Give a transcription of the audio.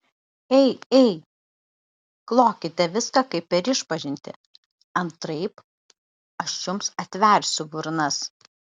ei ei klokite viską kaip per išpažintį antraip aš jums atversiu burnas